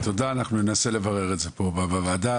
תודה, אנחנו ננסה לברר את זה פה בוועדה.